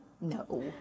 No